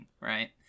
right